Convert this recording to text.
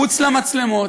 מחוץ למצלמות,